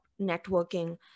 networking